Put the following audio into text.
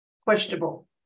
questionable